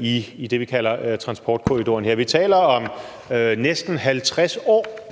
i det, vi her kalder transportkorridoren. Vi taler om næsten 50 år,